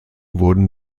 wurden